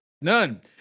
none